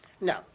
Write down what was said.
No